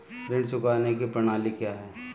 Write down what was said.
ऋण चुकाने की प्रणाली क्या है?